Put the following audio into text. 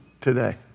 today